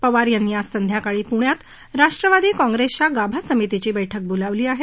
पवार यांनी आज संध्याकाळी पुण्यात राष्ट्रवादी काँप्रेसच्या गाभा समितीची बैठक बोलावली आहे